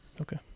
Okay